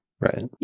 Right